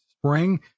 spring